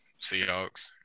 Seahawks